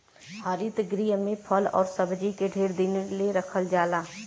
हरित गृह में फल आउर सब्जी के ढेर दिन ले रखल जाला